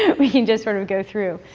we can just sort of go through.